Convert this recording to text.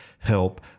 help